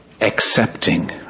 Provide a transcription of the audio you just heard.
accepting